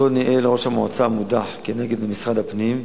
שניהל ראש המועצה המודח כנגד משרד הפנים,